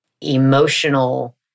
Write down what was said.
emotional